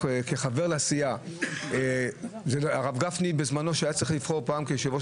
כחבר לסיעה בזמנו לפני שהרב גפני נבחר ליושב-ראש